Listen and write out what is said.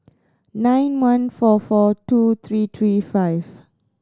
nine one four four two three three five